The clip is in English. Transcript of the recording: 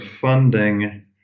funding